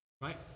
right